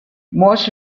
most